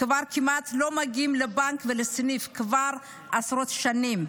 כמעט לא מגיעים לבנק ולסניף כבר עשרות שנים,